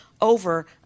over